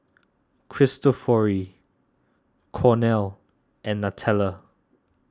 Cristofori Cornell and Nutella